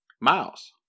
Miles